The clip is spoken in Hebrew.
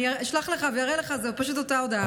אני אשלח לך ואראה לך, זאת פשוט אותה הודעה.